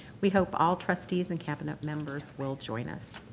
we hope all trustees and cabinet members will join us.